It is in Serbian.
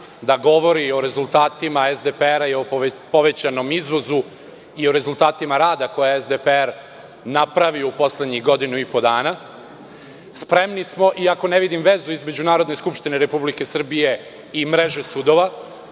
da govori o rezultatima SDPR i o povećanom izvozu i o rezultatima rada koje je SDPR napravio u poslednjih godinu i po dana. Spremni smo, iako ne vidim vezu između Narodne skupštine Republike Srbije i mreže sudova,